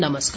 नमस्कार